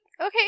Okay